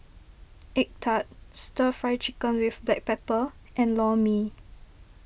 Egg Tart Stir Fry Chicken with Black Pepper and Lor Mee